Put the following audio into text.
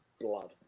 blood